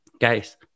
guys